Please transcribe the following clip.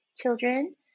children